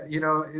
you know,